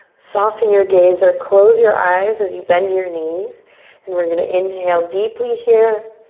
soften your gaze or close your eyes as you bend your knees and we're gonna inhale deeply here